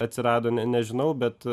atsirado ne nežinau bet